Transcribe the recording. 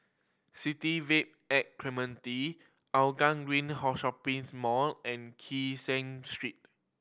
City Vibe at Clementi Hougang Green Shopping's Mall and Kee Seng Street